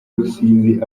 rusizi